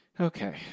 Okay